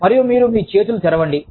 మరియు మీరు మీ చేతులు తెరవండి